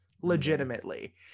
Legitimately